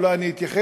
אולי אני אתייחס,